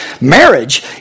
marriage